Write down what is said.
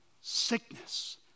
sickness